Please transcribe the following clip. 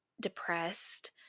depressed